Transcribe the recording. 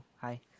Hi